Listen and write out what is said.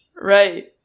Right